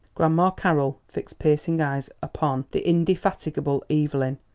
grandma carroll fixed piercing eyes upon the indefatigable evelyn.